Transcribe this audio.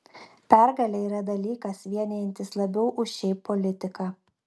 pergalė yra dalykas vienijantis labiau už šiaip politiką